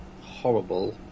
horrible